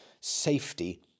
Safety